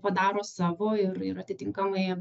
padaro savo ir ir atitinkamai